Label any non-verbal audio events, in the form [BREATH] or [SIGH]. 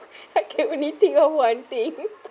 [BREATH] I can only think of one thing [LAUGHS]